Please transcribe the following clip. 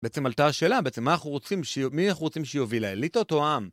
בעצם עלתה השאלה, בעצם מה אנחנו רוצים, מי אנחנו רוצים שיוביל, האליטות או העם?